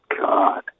God